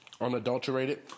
unadulterated